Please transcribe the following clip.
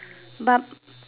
but